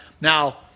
Now